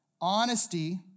honesty